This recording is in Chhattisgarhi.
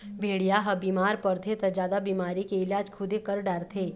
भेड़िया ह बिमार परथे त जादा बिमारी के इलाज खुदे कर डारथे